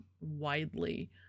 widely